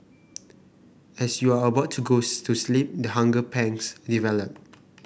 as you are about to go to sleep the hunger pangs develop